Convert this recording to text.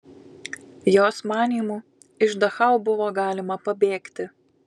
jos manymu iš dachau buvo galima pabėgti